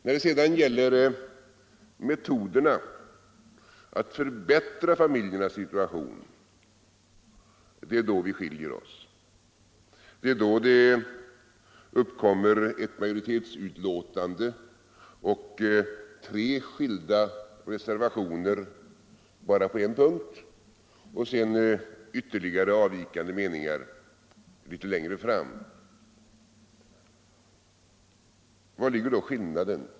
När det sedan gäller metoderna att förbättra barnfamiljernas situation går våra åsikter isär. Det är då det uppkommer ett majoritetsbetänkande och tre skilda reservationer bara på en punkt och ytterligare avvikande meningar längre fram. Vari ligger då skillnaden?